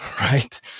right